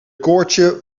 koordje